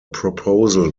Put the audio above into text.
proposal